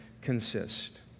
consist